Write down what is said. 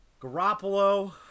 Garoppolo